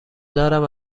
دارم